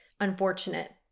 unfortunate